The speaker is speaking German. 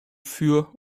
für